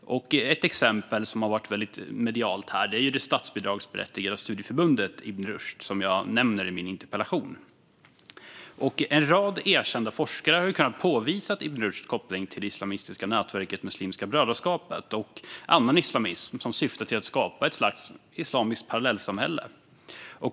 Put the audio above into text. Ett exempel som har varit väldigt medialt är det statsbidragsberättigade studieförbundet Ibn Rushd, som jag nämner i min interpellation. En rad erkända forskare har kunnat påvisa Ibn Rushds koppling till det islamistiska nätverket Muslimska brödraskapet och annan islamism som syftar till att skapa ett slags islamiskt parallellsamhälle.